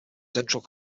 central